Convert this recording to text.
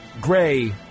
gray